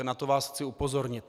Na to vás chci upozornit.